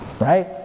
Right